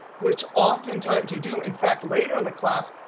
which oftentimes you do in fact, later in the class,